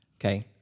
Okay